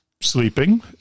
sleeping